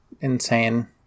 insane